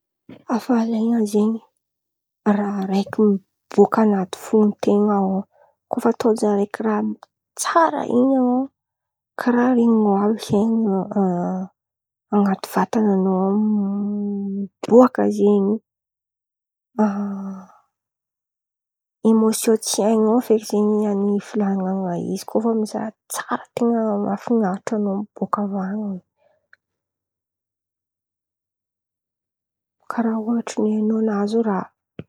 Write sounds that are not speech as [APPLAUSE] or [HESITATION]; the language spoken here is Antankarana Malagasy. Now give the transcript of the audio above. Hafalian̈a zen̈y, raha raiky mibôka an̈aty foten̈a kô fa tojo araiky raha tsara in̈y an̈ao karàha renin̈ao àby zen̈y [HESITATION] an̈aty vatan̈anao ao miboaka zen̈y, [HESITATION] emôsiò tsy hain̈ao feky zen̈y ivolan̈ana anazy. Izy koa misy raha tsara ten̈a mafin̈aritra an̈ao miboaka avy any, karàha ohatra oe nahazo raha.